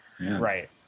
Right